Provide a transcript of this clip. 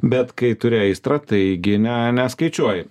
bet kai turi aistrą taigi ne neskaičiuoji